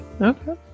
Okay